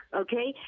okay